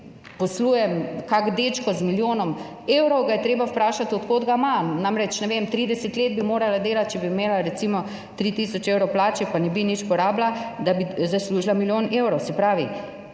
posluje kak dečko z milijonom evrov, ga je treba vprašati od kod ga ima. Namreč, ne vem, 30 let bi morala delati, če bi imela recimo 3 tisoč evrov plače, pa ne bi nič porabila, da bi zaslužila milijon evrov. Se pravi,